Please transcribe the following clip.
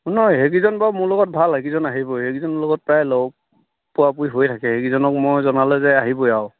নহয় সেইকেইজন বাৰু মোৰ লগত ভাল সেইকেইজন আহিবই সেইকেইজনৰ লগত প্ৰায় লগ পোৱা পুয়ি হৈ থাকে সেইকেইজনক মই জনালে যে আহিবই আৰু